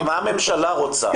מה הממשלה רוצה?